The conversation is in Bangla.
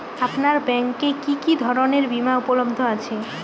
আপনার ব্যাঙ্ক এ কি কি ধরনের বিমা উপলব্ধ আছে?